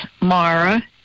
Mara